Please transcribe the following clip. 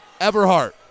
Everhart